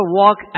walk